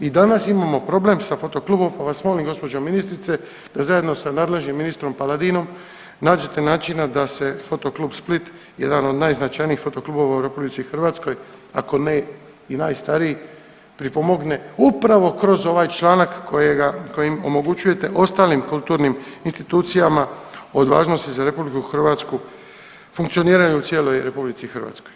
I danas imamo problem sa foto klubom pa vas molim gospođo ministrice da zajedno sa nadležnim ministrom Paladinom nađete načina da se Foto klub Split jedan od najznačajnijih foto klubova u RH ako ne i najstariji pripomogne upravo kroz ovaj članak kojim omogućujete ostalim kulturnim institucijama od važnosti za RH funkcioniranje u cijeloj RH.